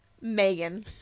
Megan